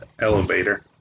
elevator